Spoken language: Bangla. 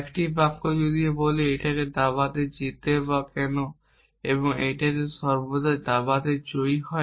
একটি বাক্য যদি আমি বলি কেন এটি দাবাতে জেতে বা কেন এটি সর্বদা দাবাতে জয়ী হয়